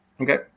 okay